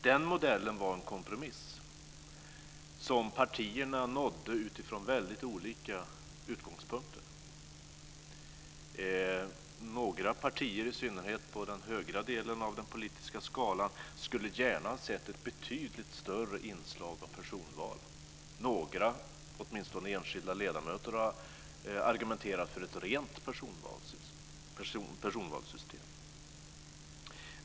Den modellen var en kompromiss som partierna nådde utifrån väldigt olika utgångspunkter. Några partier - i synnerhet på den högra delen av den politiska skalan - skulle gärna ha sett ett betydligt större inslag av personval. Några, åtminstone enskilda ledamöter, argumenterade för ett rent personvalssystem.